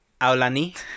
Aulani